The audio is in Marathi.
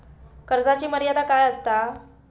कर्जाची मर्यादा काय असता?